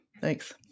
Thanks